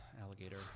alligator